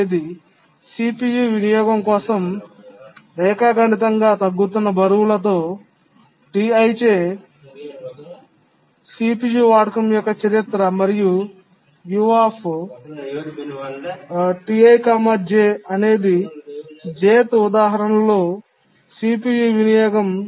అనేది CPU వినియోగం కోసం రేఖాగణితంగా తగ్గుతున్న బరువులతో Ti చే CPU వాడకం యొక్క చరిత్ర మరియు అనేదిjth ఉదాహరణలో CPU వినియోగం